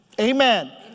Amen